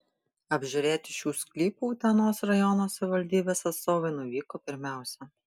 apžiūrėti šių sklypų utenos rajono savivaldybės atstovai nuvyko pirmiausia